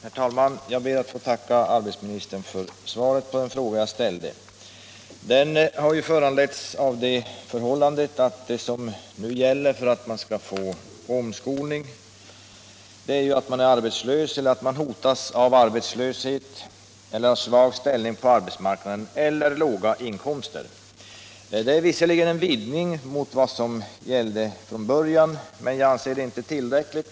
Herr talman! Jag ber att få tacka arbetsmarknadsministern för svaret på den fråga jag ställt. Den har föranletts av att de nu gällande reglerna för att man skall få omskolning är att man är arbetslös eller hotas av arbetslöshet, har en svag ställning på arbetsmarknaden eller låga inkomster. Det förekommer visserligen en glidning mot vad som gällde från början, men jag anser inte att det är tillräckligt.